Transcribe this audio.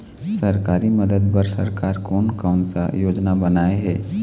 सरकारी मदद बर सरकार कोन कौन सा योजना बनाए हे?